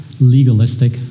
legalistic